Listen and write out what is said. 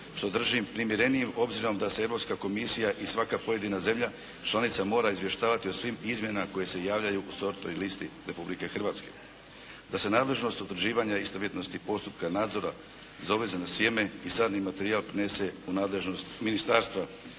što držim primjerenijim s obzirom da se Europska komisija i svaka pojedina zemlja članica mora izvještavati o svim izmjenama koje se javljaju u sortnoj listi Republike Hrvatske. Da se nadležnost utvrđivanja istovjetnosti postupka nadzora za uvezeno sjeme i sadni materijal prenese u nadležnost ministarstva,